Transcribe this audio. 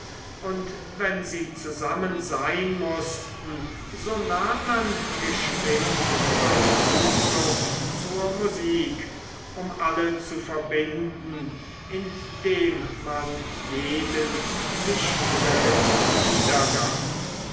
und wenn sie zusammen sein mußten so nahm man geschwind seine zuflucht zur musik um alle zu verbinden indem man jeden sich selbst wiedergab